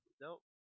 Nope